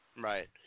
Right